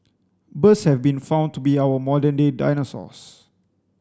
birds have been found to be our modern day dinosaurs